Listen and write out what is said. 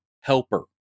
helper